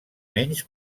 menys